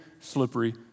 slippery